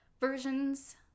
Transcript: versions